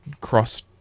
cross